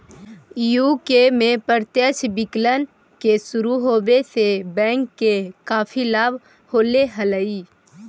UK में प्रत्यक्ष विकलन के शुरू होवे से बैंक के काफी लाभ होले हलइ